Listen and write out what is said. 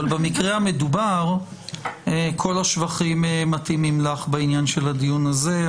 במקרה המדובר כל השבחים מתאימים לך בעניין של הדיון הזה.